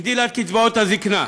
הגדילה את קצבאות הזיקנה,